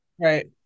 Right